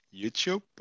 youtube